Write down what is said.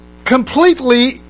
Completely